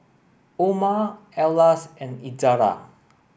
Omar Elyas and Izzara